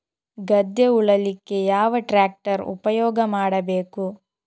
ಗದ್ದೆ ಉಳಲಿಕ್ಕೆ ಯಾವ ಟ್ರ್ಯಾಕ್ಟರ್ ಉಪಯೋಗ ಮಾಡಬೇಕು?